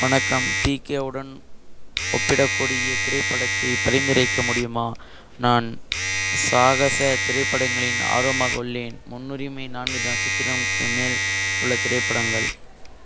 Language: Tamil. வணக்கம் பிகே உடன் ஒப்பிடக்கூடிய திரைப்படத்தைப் பரிந்துரைக்க முடியுமா நான் சாகச திரைப்படங்களின் ஆர்வமாக உள்ளேன் முன்னுரிமை நான்கு நட்சத்திரம்க்கு மேல் உள்ள திரைப்படங்கள்